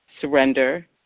surrender